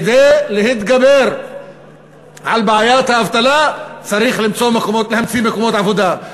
כדי להתגבר על בעיית האבטלה צריך להמציא מקומות עבודה.